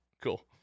cool